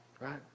right